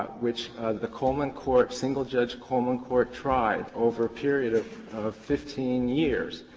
which the coleman court, single-judge coleman court, tried over a period of fifteen years,